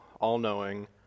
all-knowing